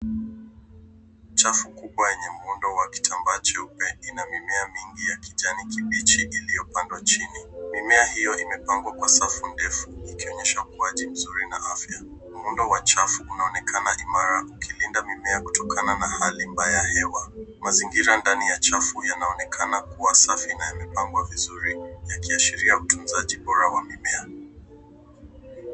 Chafu kubwa yenye muundo wa kitambaa cheupe ina mimea mingi ya kiajni kibichi iliyopandwa chini. Mimea hio imepangwa kwa safu ndefu ikionyesha ukuaji mzuri na afya. Muundo wa chafu unaonekana imara ukilinda mimea kutokana na hali mbaya ya hewa. Mazingira ndani ya trafu yanaonekana kuwa safi na yamepangwa vizuri yakiashiria utunzaji bora wa mimea.